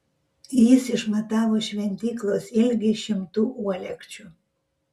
jis išmatavo šventyklos ilgį šimtu uolekčių